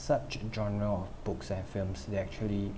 such a genre of books and films they actually